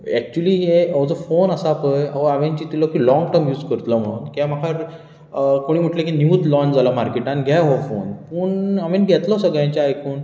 actually हो जो phone आसा पळय हो हांवे चितिल्लो की लोंग टर्म यूस करतलो म्हणून कित्याक म्हाका कोणी म्हणले की न्युवच लॉंच जाला मार्केटांत घे हो फोन पूण हांवे घेतलो सगळ्यांचे आयकून